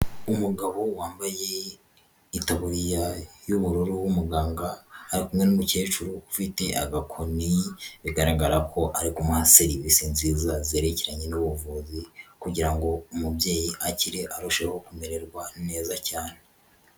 Umugabo wambaye itaburiya y'ubururu w'umuganga, ari kumwe n'umukecuru ufite agakoni, bigaragara ko ari kumuha serivise nziza zerekeranye n'ubuvuzi, kugira ngo umubyeyi akire, arusheho kumererwa neza cyane.